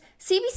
CBC